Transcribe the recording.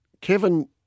Kevin